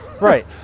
right